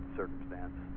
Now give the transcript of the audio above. circumstance